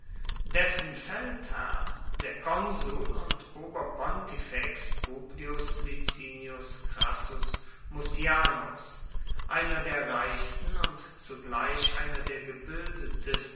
dessen feldherr der konsul und oberpontifex publius licinius crassus mucianus einer der reichsten und zugleich einer der